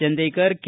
Chandekar K